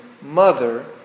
Mother